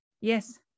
Yes